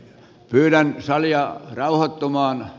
pyydän salia rauhoittumaan